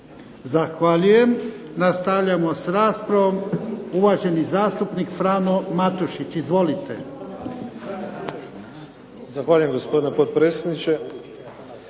Zahvaljujem. Nastavljamo s raspravom. Uvaženi zastupnik Frano Matušić. Izvolite. **Matušić, Frano